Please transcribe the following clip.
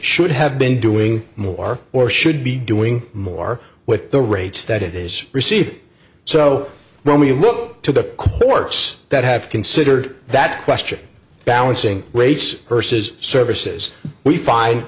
should have been doing more or should be doing more with the rates that it is receive so when we look to the works that have considered that question balancing rates vs services we find